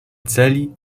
celi